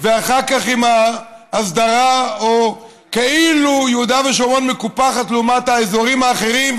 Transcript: ואחר כך עם ההסדרה או כאילו יהודה ושומרון מקופחת לעומת האזורים האחרים.